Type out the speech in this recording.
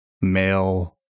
male